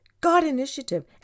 God-initiative